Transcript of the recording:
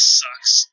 sucks